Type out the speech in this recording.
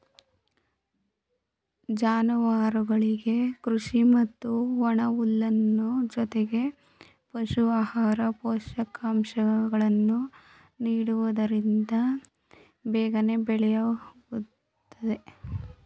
ಜಾನುವಾರುಗಳಿಗೆ ಕೃಷಿ ಮತ್ತು ಒಣಹುಲ್ಲಿನ ಜೊತೆಗೆ ಪಶು ಆಹಾರ, ಪೋಷಕಾಂಶಗಳನ್ನು ನೀಡುವುದರಿಂದ ಬೇಗನೆ ಬೆಳೆಯುತ್ತದೆ